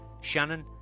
Shannon